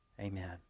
Amen